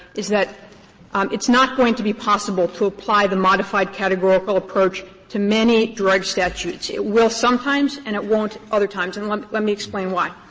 is that um it's not going to be possible to apply the modified categorical approach to many drug statutes. it will sometimes and it won't other times, and let let me explain why.